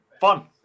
fun